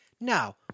Now